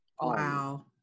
Wow